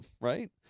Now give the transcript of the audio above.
right